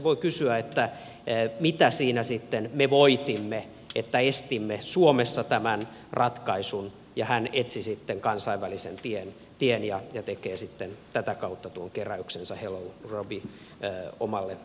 voi kysyä mitä siinä sitten me voitimme kun estimme suomessa tämän ratkaisun ja hän etsi sitten kansainvälisen tien ja tekee tätä kautta tuon keräyksensä omalle hello ruby kirjalleen